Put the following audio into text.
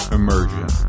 Immersion